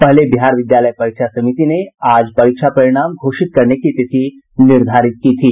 पहले बिहार विद्यालय परीक्षा समिति ने आज परीक्षा परिणाम घोषित करने की तिथि निर्धारित की थी